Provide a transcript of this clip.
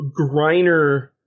Griner